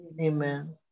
Amen